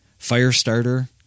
Firestarter